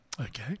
Okay